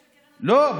לא,